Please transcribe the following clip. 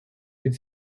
під